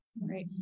Right